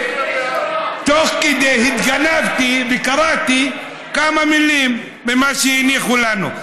תוך כדי התגנבתי וקראתי כמה מילים ממה שהניחו לנו.